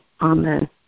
Amen